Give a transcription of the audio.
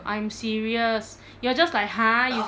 I'm serious you're just like !huh! you